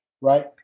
right